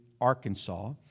Arkansas